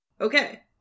Okay